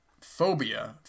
phobia